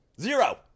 zero